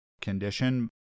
condition